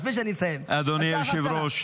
לפני שאני מסיים --- אדוני היושב-ראש,